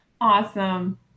awesome